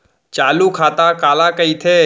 चालू खाता काला कहिथे?